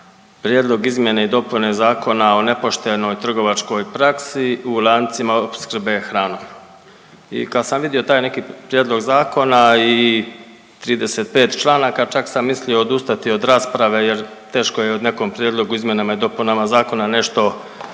Prijedlog izmjene i dopune Zakona o nepoštenoj trgovačkoj praksi u lancima opskrbe hranom. I kad sam vidio taj neki prijedlog zakona i 35 članaka čak sam mislio odustati od rasprave jer teško je o nekom Prijedlogu izmjenama i dopunama zakona nešto